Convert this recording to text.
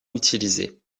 utilisés